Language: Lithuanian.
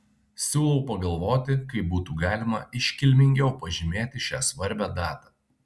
siūlau pagalvoti kaip būtų galima iškilmingiau pažymėti šią svarbią datą